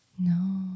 No